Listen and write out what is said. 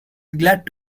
glad